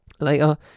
Later